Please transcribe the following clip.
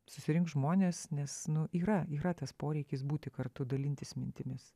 susirinks žmonės nes nu yra yra tas poreikis būti kartu dalintis mintimis